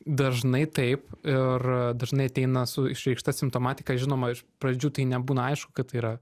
dažnai taip ir dažnai ateina su išreikšta simptomatika žinoma iš pradžių tai nebūna aišku kad tai yra